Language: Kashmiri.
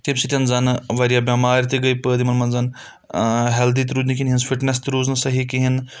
تمہِ سۭتۍ زَنہٕ واریاہ بؠمارِ تہِ گٔے پٲدٕ یِمَن منٛز ہَیٚلدِی تہِ روٗدۍ نہٕ کِہیٖنۍ یِہٕنٛز فِٹنؠس تہِ روٗزنہٕ صحیح کِہیٖنۍ نہٕ